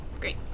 Great